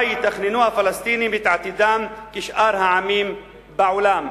שבה יתכננו הפלסטינים את עתידם כשאר העמים בעולם.